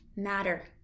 matter